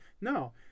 no